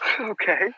Okay